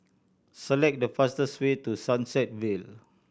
select the fastest way to Sunset Vale